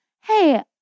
hey